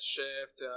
Shift